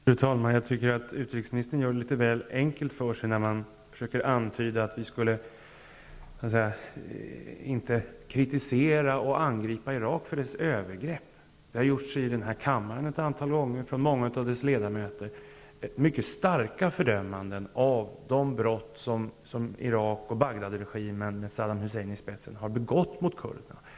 Fru talman! Jag tycker att utrikesministern gör det litet väl enkelt för sig, när hon antyder att vi inte borde kritisera och angripa Irak för dess övergrepp. Här i kammaren har ledamöter ett antal gånger gjort mycket starka fördömanden av de brott som Bagdadregimen med Saddam Hussein i spetsen har begått mot kurderna.